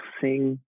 sing